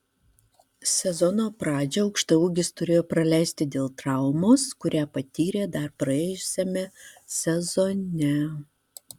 sezono pradžią aukštaūgis turėjo praleisti dėl traumos kurią patyrė dar praėjusiame sezone